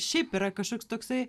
šiaip yra kažkoks toksai